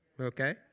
okay